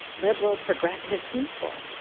liberal, progressive people.